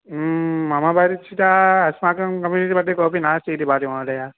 मम परिचिता अस्माकं कम्युनिटि मध्ये कोऽपि नास्ति इति भाति महोदय